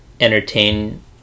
entertain